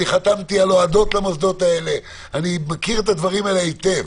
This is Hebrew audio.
אני מכיר את הדברים האלה היטב.